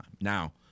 Now